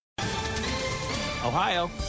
ohio